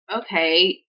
okay